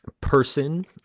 person